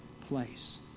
place